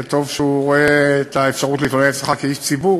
וטוב שהוא רואה את האפשרות להתלונן אצלך כאיש ציבור,